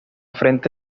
frente